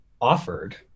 offered